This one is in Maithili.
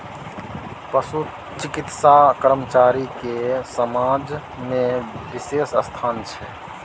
पशु चिकित्सा कर्मचारी के समाज में बिशेष स्थान छै